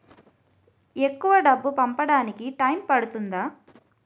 ఎక్కువ డబ్బు పంపడానికి టైం పడుతుందా?